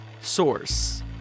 Source